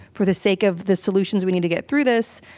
for the sake of the solutions we need to get through this,